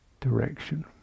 direction